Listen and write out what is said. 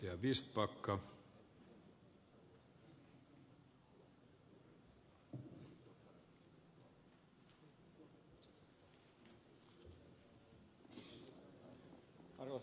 arvoisa herra puhemies